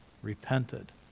repented